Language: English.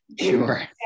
sure